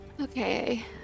Okay